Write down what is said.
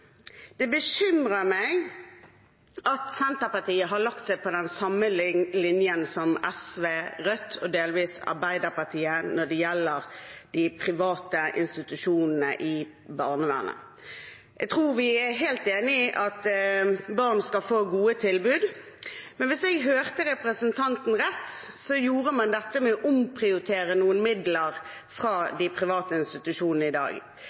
det bekymrer meg at Senterpartiet har lagt seg på den samme linjen som SV, Rødt og delvis Arbeiderpartiet når det gjelder de private institusjonene i barnevernet. Jeg tror vi er helt enige om at barn skal få gode tilbud, men hvis jeg hørte representanten rett, gjør man dette ved å omprioritere noen midler fra de private institusjonene av i dag.